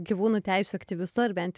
gyvūnų teisių aktyvistu ar bent